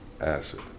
acid